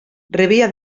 rebia